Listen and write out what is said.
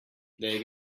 there